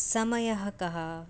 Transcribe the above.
समयः कः